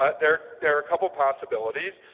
ah there there are a couple possibilities.